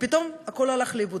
ופתאום הכול הלך לאיבוד,